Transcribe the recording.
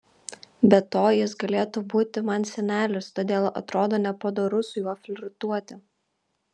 be to jis galėtų būti man senelis todėl atrodo nepadoru su juo flirtuoti